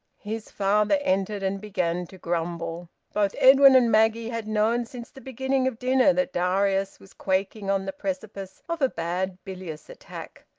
his father entered, and began to grumble. both edwin and maggie had known since the beginning of dinner that darius was quaking on the precipice of a bad bilious attack.